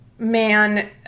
man